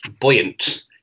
buoyant